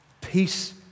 peace